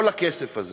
כל הכסף הזה